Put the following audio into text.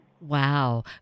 Wow